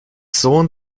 sohn